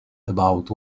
about